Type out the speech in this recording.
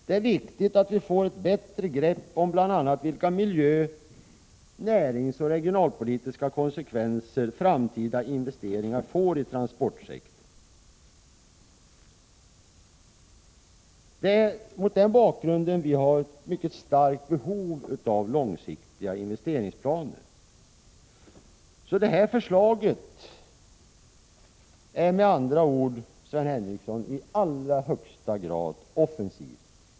Det är viktigt att vi får ett bättre grepp om bl.a. vilka miljö-, näringsoch regionalpolitiska konsekvenser framtida investeringar får i transportsektorn. Därför har vi ett mycket starkt behov av långsiktiga investeringsplaner. Förslaget är med andra ord, Sven Henricsson, i allra högsta grad offensivt.